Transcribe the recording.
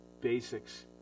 basics